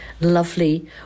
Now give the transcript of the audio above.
lovely